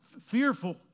fearful